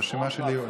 הרשימה שלי.